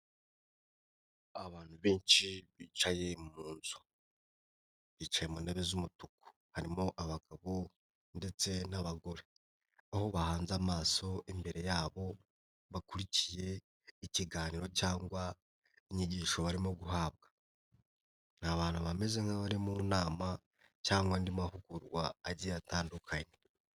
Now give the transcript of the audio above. Abantu benshi bicaye mu nzu bicaye mu ntebe z'umutuku harimo abagabo ndetse n'abagore aho bahanze amaso imbere yabo bakurikiye ikiganiro cyangwa inyigisho barimo guhabwa ni abantu bameze nk'abari mu nama cyangwa andi mahugurwa agiye atandukanye.